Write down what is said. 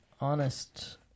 honest